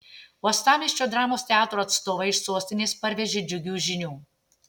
uostamiesčio dramos teatro atstovai iš sostinės parvežė džiugių žinių